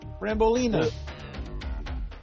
Rambolina